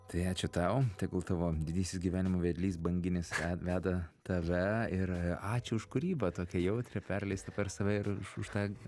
tai ačiū tau tegul tavo didysis gyvenimo vedlys banginis veda tave ir ačiū už kūrybą tokią jautrią perleistą per save ir už tą